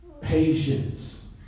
Patience